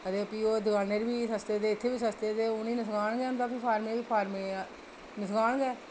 ते भी दकानें पर बी सस्ते ते इत्थै बी सस्ते ते उ'नेंगी नुकसान गै होंदा ते भी फॉर्मरें गी नुकसान गै